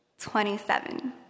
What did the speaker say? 27